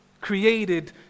created